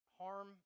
harm